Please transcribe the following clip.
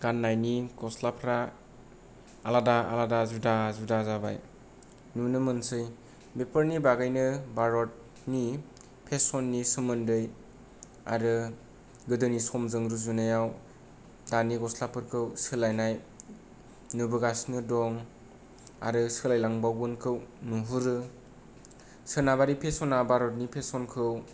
गाननायनि गस्लाफ्रा आलादा आलादा जुदा जाबाय नुनो मोनसै बेफोरनि बागैनो बेफोरनि बागैनो भारतनि फेसननि सोमोनदै आरो गोदोनि समजों रुजुनायाव दानि गस्लाफोरखौ सोलायनाय नुबोगासिनो दं आरो सोलायलांबावगोनखौ नुहुरो सोनाबारि फेसनना भारतारि फेसनखौ